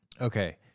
Okay